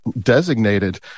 designated